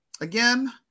Again